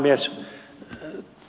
herra puhemies